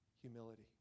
Humility